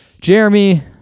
Jeremy